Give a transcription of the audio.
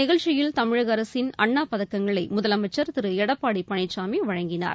நிகழ்ச்சியில் இந்த தமிழக அரசின் அண்ணா பதக்கங்களை முதலமைச்சர் திரு எடப்பாடி பழனிசாமி வழங்கினார்